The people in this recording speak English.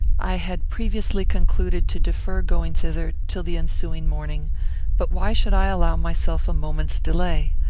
i had previously concluded to defer going thither till the ensuing morning but why should i allow myself a moment's delay?